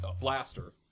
blaster